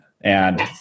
and-